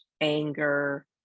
anger